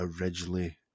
originally